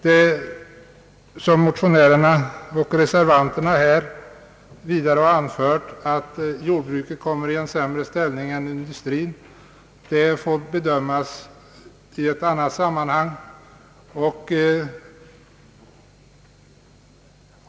Det som motionärerna och reservanterna här vidare har anfört, att jordbruket kommer i en sämre ställning än industrin, får bedömas i ett annat sammanhang.